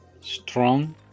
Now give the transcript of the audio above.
strong